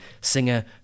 singer